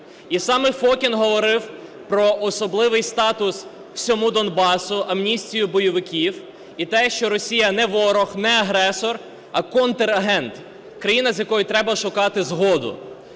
І саме Фокін говорив про особливий статус всьому Донбасу, амністію бойовиків і те, що Росія – не ворог, не агресор, а контрагент, країна, з якою труба шукати згоду.